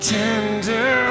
tender